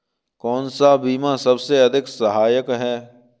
कौन सा बीमा सबसे अधिक सहायक है?